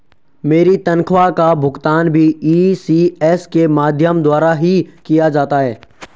मेरी तनख्वाह का भुगतान भी इ.सी.एस के माध्यम द्वारा ही किया जाता है